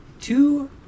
two